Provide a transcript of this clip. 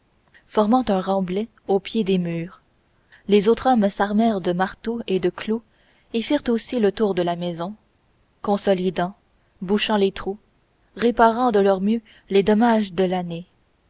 formant un remblai au pied des murs les autres hommes s'armèrent de marteaux et de clous et firent aussi le tour de la maison consolidant bouchant les trous réparant de leur mieux les dommages de l'année